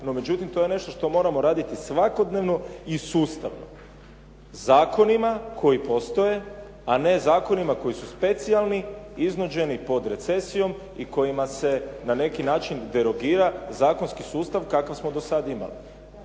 međutim, to je nešto što moramo raditi svakodnevno i sustavno zakonima koji postoje, a ne zakonima koji su specijalni iznuđeni pod recesijom i kojima se na neki način derogira zakonski sustav kakav smo do sada imali.